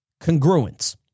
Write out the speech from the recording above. Congruence